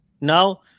Now